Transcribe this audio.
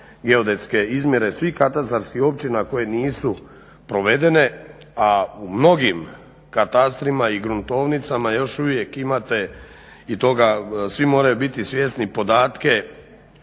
geodetske izmjere svih katastarskih općina koje nisu provedene a u mnogim katastrima i gruntovnicama još uvijek imate i toga svi moraju biti svjesni podatke